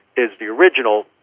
is the original,